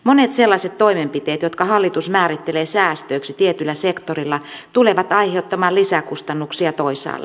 monet sellaiset toimenpiteet jotka hallitus määrittelee säästöiksi tietyllä sektorilla tulevat aiheuttamaan lisäkustannuksia toisaalle